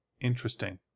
Interesting